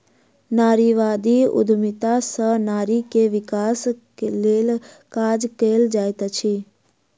नारीवादी उद्यमिता सॅ नारी के विकासक लेल काज कएल जाइत अछि